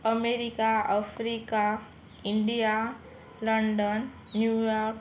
America Africa India London New York